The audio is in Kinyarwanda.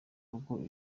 rugo